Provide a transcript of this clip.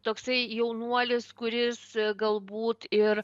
toksai jaunuolis kuris galbūt ir